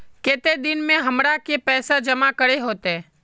केते दिन में हमरा के पैसा जमा करे होते?